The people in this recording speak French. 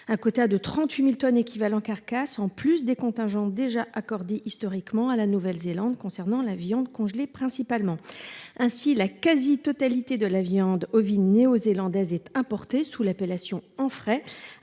Un quota de 38.000 tonnes équivalent carcasse en plus des contingents déjà accordé historiquement à la Nouvelle Zélande concernant la viande congelée principalement ainsi la quasi-totalité de la viande ovine néo-zélandaise être importé sous l'appellation en frais à